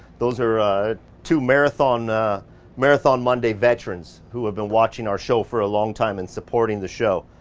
those are two marathon marathon monday veterans who have been watching our show for a long time and supporting the show.